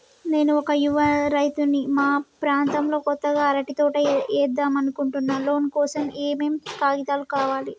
నేను ఒక యువ రైతుని మా ప్రాంతంలో కొత్తగా అరటి తోట ఏద్దం అనుకుంటున్నా లోన్ కోసం ఏం ఏం కాగితాలు కావాలే?